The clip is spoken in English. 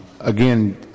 Again